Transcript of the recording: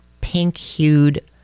pink-hued